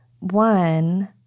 one